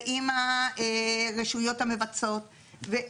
ועם הרשויות המבצעות.